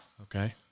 Okay